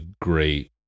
great